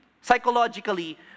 psychologically